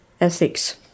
ethics